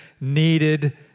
needed